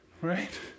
Right